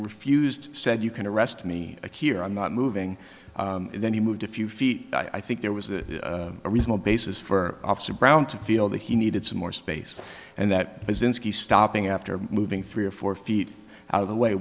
refused said you can arrest me here i'm not moving and then he moved a few feet i think there was a reasonable basis for officer brown to feel that he needed some more space and that is in stopping after moving three or four feet out of the way